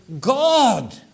God